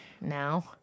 now